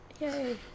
Yay